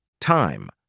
Time